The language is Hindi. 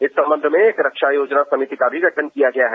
इस संबंध में एक रक्षा योजना समिति का भी गठन किया गया है